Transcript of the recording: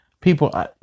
People